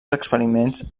experiments